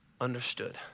understood